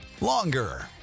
longer